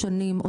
תודה רבה.